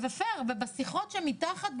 ופייר בשיחות שמתחת,